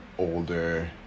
older